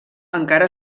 encara